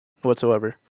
whatsoever